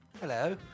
hello